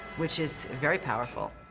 which is very powerful.